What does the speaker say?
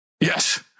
Yes